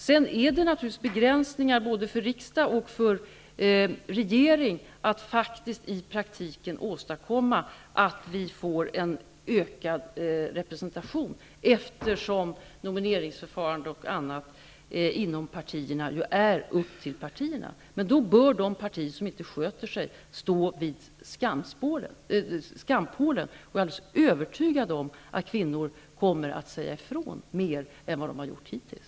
Sedan finns det naturligtvis begränsningar både för riksdag och regering att i praktiken åstadkomma ökad kvinnorepresentation, eftersom nomineringsförfarandet är en angelägenhet för partierna. Men då bör de partier som inte sköter sig stå vid skampålen. Jag är alldeles övertygad om att kvinnor kommer att säga ifrån mer än vad de har gjort hittills.